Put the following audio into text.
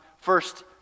first